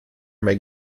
may